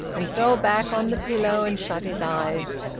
and fell back on the pillow and shut his eyes.